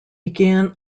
began